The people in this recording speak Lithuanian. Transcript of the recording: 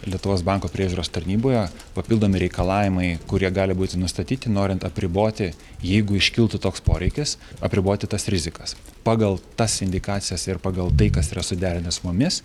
lietuvos banko priežiūros tarnyboje papildomi reikalavimai kurie gali būti nustatyti norint apriboti jeigu iškiltų toks poreikis apriboti tas rizikas pagal tas indikacijas ir pagal tai kas yra suderinę su mumis